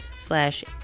slash